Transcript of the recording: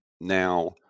now